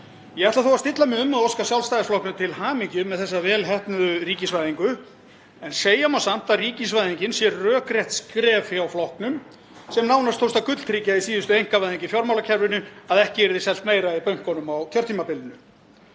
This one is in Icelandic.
Ég ætla þó að stilla mig um að óska Sjálfstæðisflokknum til hamingju með þessa vel heppnuðu ríkisvæðingu en segja má samt að ríkisvæðingin sé rökrétt skref hjá flokknum sem nánast tókst að gulltryggja í síðustu einkavæðingu í fjármálakerfinu að ekki yrði selt meira í bönkunum á kjörtímabilinu.